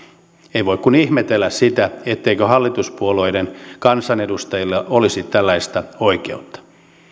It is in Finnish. ei voi kuin ihmetellä sitä etteikö hallituspuolueiden kansanedustajilla olisi tällaista oikeutta